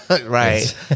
Right